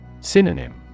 Synonym